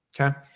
Okay